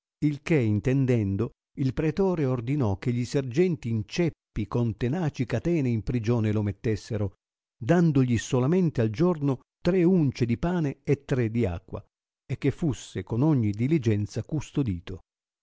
il che intendendo il pretore ordinò che gli sergenti in ceppi con tenaci catene in prigione lo mettessero dandogli solamente al giorno tre uncie di pane e tre di acqua e che fusse con ogni diligenza custodito